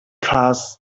class